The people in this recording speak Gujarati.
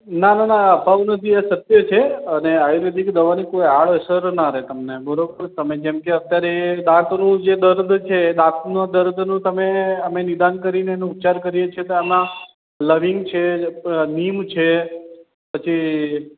ના ના ના આફવાઓ નથી આ સત્ય છે અને આયુર્વેદિક દવાની કોઈ આડઅસર ના રહે તમને બરાબર તમે જેમ કે તમે અત્યારે દાંતનું જે દર્દ છે એ દાંતના દર્દનું તમે અમે નિદાન કરીને એનો ઉપચાર કરીએ છીએ તો એમાં લવિંગ છે નીમ છે પછી